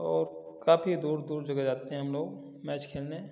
और काफ़ी दूर दूर जगह जाते हैं हम लोग मैच खेलने